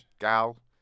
gal